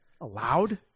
allowed